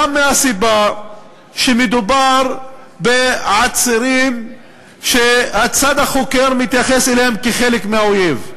גם מהסיבה שמדובר בעצירים שהצד החוקר מתייחס אליהם כחלק מהאויב,